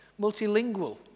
multilingual